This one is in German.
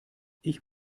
ich